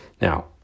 Now